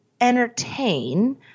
entertain